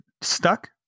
stuck